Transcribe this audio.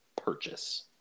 purchase